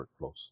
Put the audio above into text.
workflows